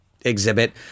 exhibit